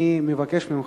אני מבקש ממך,